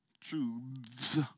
Truths